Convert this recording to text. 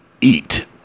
eat